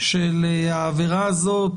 של העבירה הזו,